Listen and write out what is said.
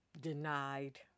Denied